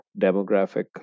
demographic